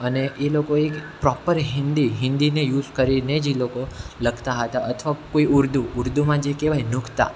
અને એ લોકો એક પ્રોપર હિન્દી હિન્દી ને યુઝ કરીને જ એ લોકો લખતા હતા અથવા કોઈ ઉર્દૂ ઉર્દુમાં જે કહેવાય નુક્તા